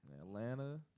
Atlanta